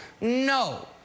No